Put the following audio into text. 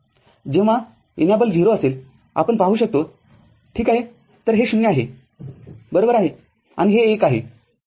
जेव्हा सक्रिय० असेल आपण पाहू शकतो ठीक आहेतर हे ० आहे बरोबर आहे आणि हे १ आहे